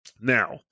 Now